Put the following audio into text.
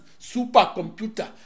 supercomputer